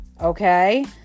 Okay